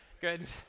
Good